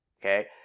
okay